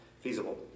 feasible